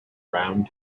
round